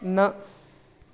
न